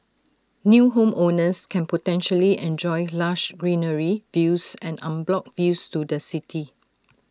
new homeowners can potentially enjoy lush greenery views and unblocked views to the city